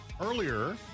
earlier